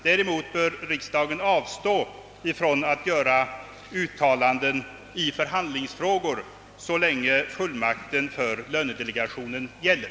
Däremot bör riksdagen avstå från att göra uttalanden i förhandslingsfrågor så länge fullmakten för lönedelegationen gäller.